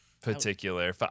particular